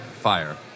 fire